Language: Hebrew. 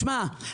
שמע,